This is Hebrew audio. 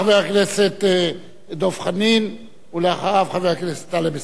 חבר הכנסת דב חנין, ואחריו, חבר הכנסת טלב אלסאנע.